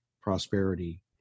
prosperity